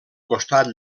costat